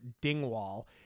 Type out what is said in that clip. Dingwall